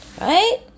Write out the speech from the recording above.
Right